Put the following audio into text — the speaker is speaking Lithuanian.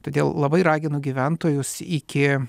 todėl labai raginu gyventojus iki